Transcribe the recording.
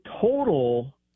total